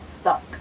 stuck